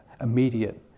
immediate